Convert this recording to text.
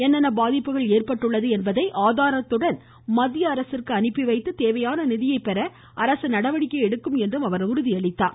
என்னென்ன பாதிப்புகள் ஏற்பட்டுள்ளது என்பதை ஆதாரத்துடன் மத்திய அரசிற்கு அனுப்பிவைத்து தேவையான நிதியை பெற அரசு நடவடிக்கை எடுக்கும் என்றும் அவர் உறுதியளித்தார்